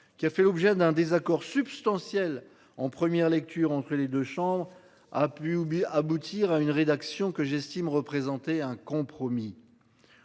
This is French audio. qui a fait l'objet d'un désaccord substantiel en première lecture entre les deux chambres a pu oublier aboutir à une rédaction que j'estime représenter un compromis.